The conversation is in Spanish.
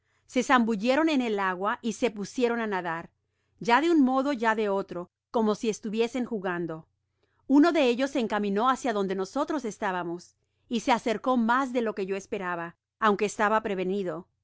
se zambulleron en el agua y se pusieron á nadar ya de un lado ya de otro como si estuviesen jugando uno de ellos se encaminó hácia donde nosotros estábamos y se acercó mas de lo que yo esperaba aunque estaba prevenido